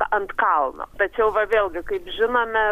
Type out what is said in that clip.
ant kalno tačiau va vėlgi kaip žinome